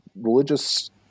religious